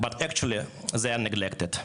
אבל למעשה הם מוזנחים.